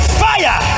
fire